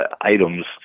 items